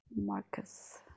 Marcus